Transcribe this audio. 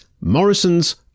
Morrison's